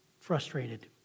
frustrated